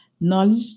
knowledge